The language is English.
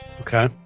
Okay